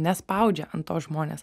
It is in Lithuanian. nespaudžia an to žmonės